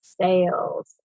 sales